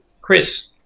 Chris